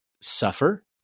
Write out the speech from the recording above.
suffer